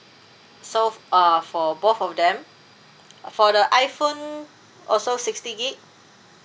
so uh for both of them for the iphone also sixty gig